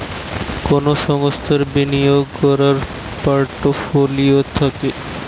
কুনো সংস্থার বিনিয়োগ কোরার পোর্টফোলিও থাকে